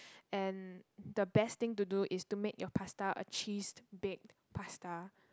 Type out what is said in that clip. and the best thing to do is to make your pasta a cheese baked pasta